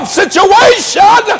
situation